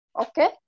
okay